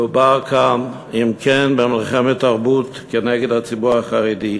מדובר כאן, אם כן, במלחמת תרבות נגד הציבור החרדי.